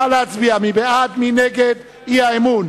נא להצביע מי בעד ומי נגד האי-אמון.